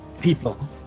people